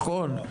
נכון?